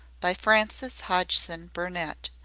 by frances hodgson burnett,